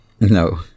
No